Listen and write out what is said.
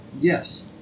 Yes